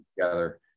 together